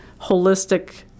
holistic